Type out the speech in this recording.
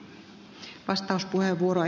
arvoisa puhemies